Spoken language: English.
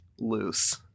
loose